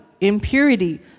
impurity